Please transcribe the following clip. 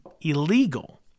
illegal